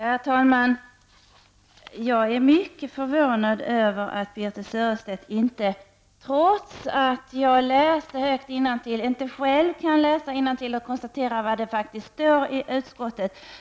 Herr talman! Jag är mycket förvånad över att Birthe Sörestedt, trots att jag läste högt innantill, inte själv kan konstatera vad det faktiskt står i utskottsbetänkandet.